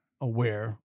aware